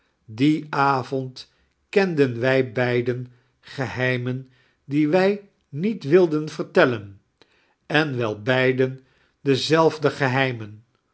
dien avond kenden wij beidein geheimein die wij nieit wilden vertellein en wel beidien dezeifde geheimen